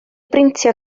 brintio